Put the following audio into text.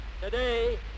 Today